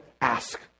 ask